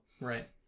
Right